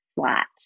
flat